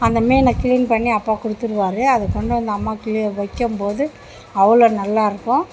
அந்த மீனை கிளீன் பண்ணி அப்பா கொடுத்துருவாரு அதை கொண்டு வந்து அம்மா கீழே வைக்கும்போது அவ்வளோ நல்லாயிருக்கும்